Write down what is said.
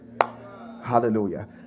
Hallelujah